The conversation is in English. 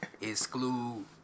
exclude